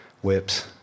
whips